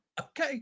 Okay